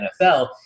NFL